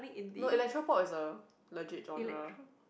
no electropop is a legit genre